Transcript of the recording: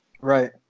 Right